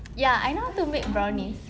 ya I know how to make brownies